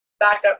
backup